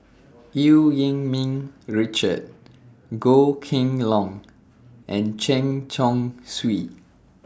EU Yee Ming Richard Goh Kheng Long and Chen Chong Swee